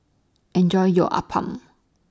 Enjoy your Appam